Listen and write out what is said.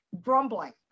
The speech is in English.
grumbling